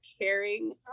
caring